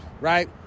right